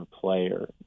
player